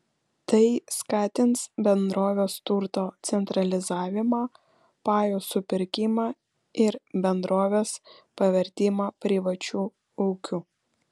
tai skatins bendrovės turto centralizavimą pajų supirkimą ir bendrovės pavertimą privačiu ūkiu